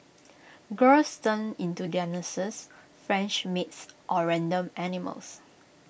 girls turn into their nurses French maids or random animals